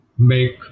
make